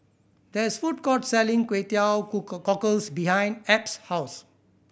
there is a food court selling Kway Teow cockles behind Ebb's house